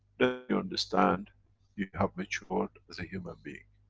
you understand you have matured as a human being.